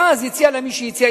ואז הציע להם מי שהציע,